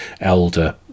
elder